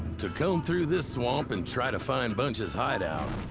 to come through this swamp and try to find bunch's hideout,